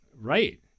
Right